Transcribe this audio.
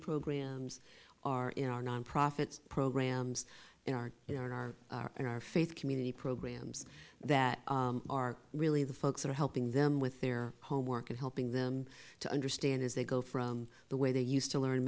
programs are in our non profits programs in our you know in our in our faith community programs that are really the folks that are helping them with their homework and helping them to understand as they go from the way they used to learn